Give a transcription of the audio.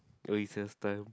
oh recess time